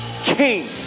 king